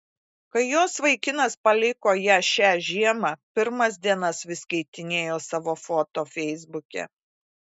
kai jos vaikinas paliko ją šią žiemą pirmas dienas vis keitinėjo savo foto feisbuke